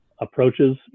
approaches